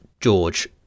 George